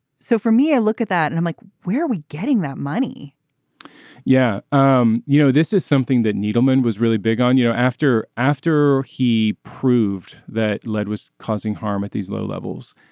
so for me i look at that and i'm like where are we getting that money yeah um you know this is something that needleman was really big on you know after after he proved that lead was causing harm at these low levels.